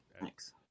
Thanks